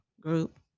group